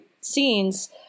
scenes